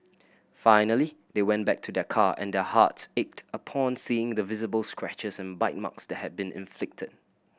finally they went back to their car and their hearts ached upon seeing the visible scratches and bite marks that had been inflicted